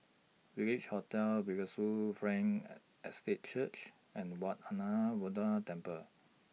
Village Hotel Bethesda Frankel Estate Church and Wat Temple